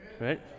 right